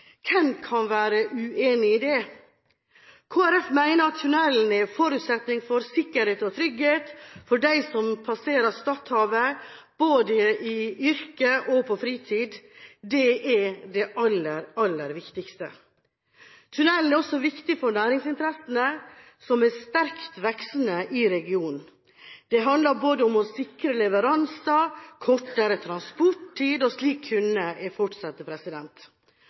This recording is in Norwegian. Hvem kan være uenig i det? Kristelig Folkeparti mener at tunnelen er en forutsetning for sikkerhet og trygghet for dem som passerer Stadhavet både i yrke og på fritid – det er det aller, aller viktigste. Tunnelen er også viktig for næringsinteressene, som er sterkt voksende i regionen. Det handler om å sikre leveranser, kortere transporttid – og slik kunne jeg